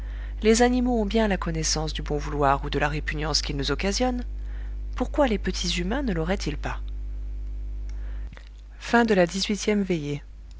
les animaux ont bien la connaissance du bon vouloir ou de la répugnance qu'ils nous occasionnent pourquoi les petits humains ne lauraient ils pas dix-neuvième veillée